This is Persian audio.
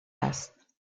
است